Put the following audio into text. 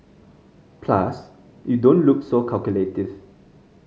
plus you don't look so calculative